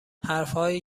حرفهایی